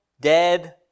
dead